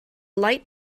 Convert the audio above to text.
light